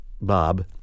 Bob